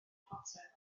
potter